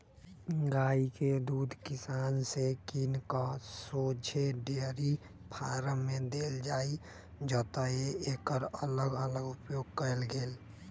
गाइ के दूध किसान से किन कऽ शोझे डेयरी फारम में देल जाइ जतए एकर अलग अलग उपयोग कएल गेल